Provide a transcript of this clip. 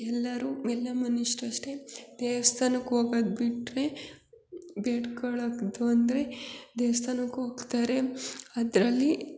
ಎಲ್ಲರೂ ಎಲ್ಲ ಮನುಷ್ಯರು ಅಷ್ಟೇ ದೇವ್ಸ್ಥಾನಕ್ಕೆ ಹೋಗದ್ ಬಿಟ್ಟರೆ ಬೇಡ್ಕಳದು ಅಂದರೆ ದೇವ್ಸ್ಥಾನಕ್ಕೆ ಹೋಗ್ತಾರೆ ಅದರಲ್ಲಿ